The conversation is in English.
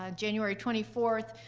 ah january twenty fourth,